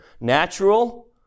natural